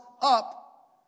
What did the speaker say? up